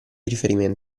riferimento